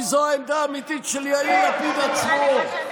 כי זו העמדה האמיתית של יאיר לפיד עצמו,